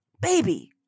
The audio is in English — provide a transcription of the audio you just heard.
Baby